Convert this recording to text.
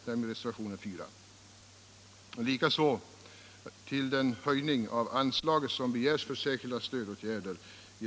Likaså ansluter vi oss till kravet i reservationen 6 om höjning av anslaget för särskilda stödåtgärder.